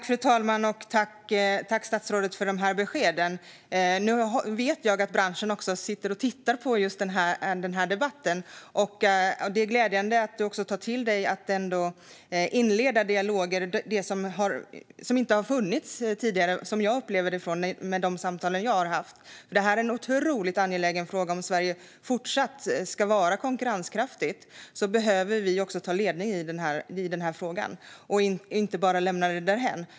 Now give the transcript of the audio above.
Fru talman! Tack, statsrådet, för dessa besked! Jag vet att branschen sitter och tittar på den här debatten. Det är glädjande att du tar till dig detta med att inleda dialoger. Utifrån de samtal som jag har haft upplever jag det som att dialoger inte har funnits tidigare. Detta är en otroligt angelägen fråga. Om Sverige fortsatt ska vara konkurrenskraftigt behöver vi ta ledningen i denna fråga och inte bara lämna den därhän.